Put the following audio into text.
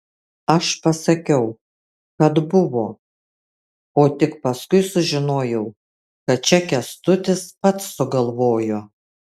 aš pasakiau kad buvo o tik paskui sužinojau kad čia kęstutis pats sugalvojo